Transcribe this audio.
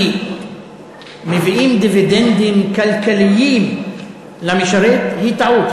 מביאים דיבידנדים כלכליים למשרת היא טעות,